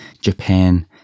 Japan